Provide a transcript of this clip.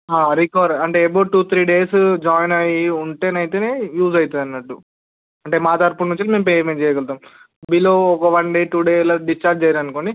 recover అంటే about two three days join అయ్యి ఉంటేనైతేనే యూస్ అవుతుంది అన్నట్టు అంటే మా తరుపు నుంచి మేము పేమెంట్ చేయగలుగుతాం బిలో ఒక్క వన్ డే టూ డేలో అలా డిశ్చార్జ్ అయ్యిర్రనుకోండి